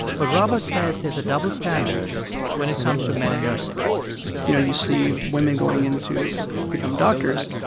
but robert says there's a double standard when it comes to men in nursing you know, you see women going in to become doctors.